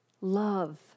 Love